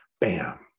Bam